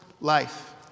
life